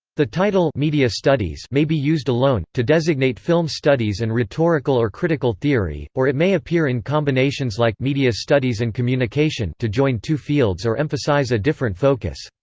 the title media studies may be used alone, to designate film studies and rhetorical or critical theory, or it may appear in combinations like media studies and communication to join two fields or emphasize a different focus.